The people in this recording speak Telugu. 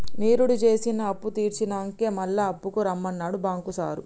నిరుడు జేసిన అప్పుతీర్సినంకనే మళ్ల అప్పుకు రమ్మన్నడు బాంకు సారు